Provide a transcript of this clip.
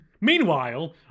Meanwhile